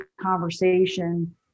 conversation